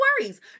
worries